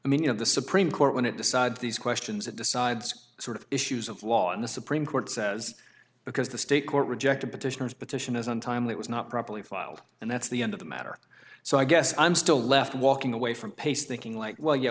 i mean you know the supreme court when it decides these questions it decides sort of issues of law and the supreme court says because the state court rejected petitioners petition as untimely was not properly filed and that's the end of the matter so i guess i'm still left walking away from pace thinking like well y